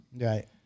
Right